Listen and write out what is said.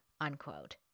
unquote